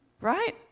right